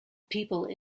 people